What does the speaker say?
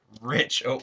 rich